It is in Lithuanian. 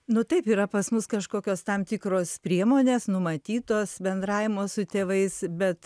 nu taip yra pas mus kažkokios tam tikros priemonės numatytos bendravimas su tėvais bet